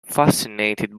fascinated